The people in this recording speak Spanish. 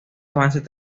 avances